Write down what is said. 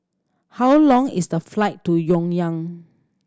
how long is the flight to Pyongyang